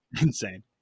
Insane